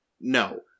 No